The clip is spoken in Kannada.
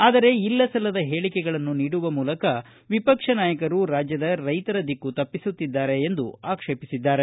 ಆದರೆ ಇಲ್ಲಸಲ್ಲದ ಹೇಳಿಕೆಗಳನ್ನು ನೀಡುವ ಮೂಲಕ ವಿಪಕ್ಷ ನಾಯಕರು ರಾಜ್ಯದ ರೈತರ ದಿಕ್ಕುತಪ್ಪಿಸುತ್ತಿದ್ದಾರೆ ಎಂದು ಆಕ್ಷೇಪಿಸಿದ್ದಾರೆ